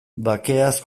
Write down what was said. bakeaz